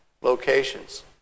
locations